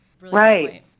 right